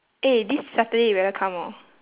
eh this saturday you better come hor